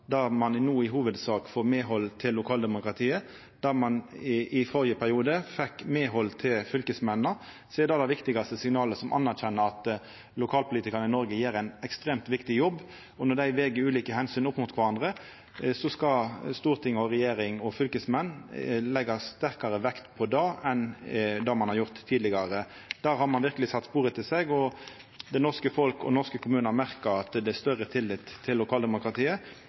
der ein no i hovudsak får medhald lokalt, der ein i førre periode fekk medhald frå fylkesmennene. Det er det viktigaste signalet om at ein anerkjenner at lokalpolitikarane i Noreg gjer ein ekstremt viktig jobb. Når dei veg ulike omsyn opp mot kvarandre, skal storting, regjering og fylkesmenn leggja sterkare vekt på det enn ein har gjort tidlegare. Der har ein verkeleg sett spor etter seg. Det norske folk og dei norske kommunane merkjer at det blir større tillit til lokaldemokratiet.